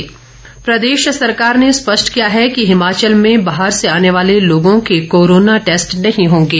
corona जांच प्रदेश सरकार ने स्पष्ट किया है कि हिमाचल में बाहर से आने वाले लोगों के कोरोना टेस्ट नहीं होंगे